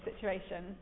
situation